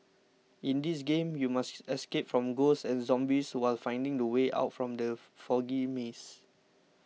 in this game you must escape from ghosts and zombies while finding the way out from the foggy maze